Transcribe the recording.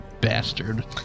bastard